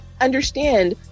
understand